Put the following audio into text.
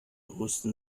rüsten